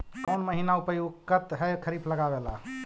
कौन महीना उपयुकत है खरिफ लगावे ला?